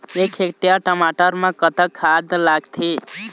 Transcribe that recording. एक हेक्टेयर टमाटर म कतक खाद लागथे?